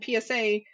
PSA